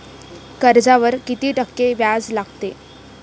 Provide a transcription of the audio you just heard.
कर्जावर किती टक्के व्याज लागते?